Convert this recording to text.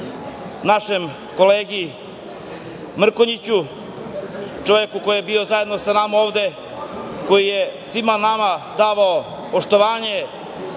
smrti kolege Mrkonjića, čoveku koji je bio zajedno sa nama ovde, koji je svima nama davao poštovanje,